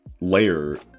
layer